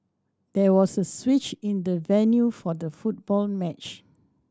there was a switch in the venue for the football match